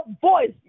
voice